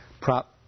prop